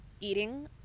eating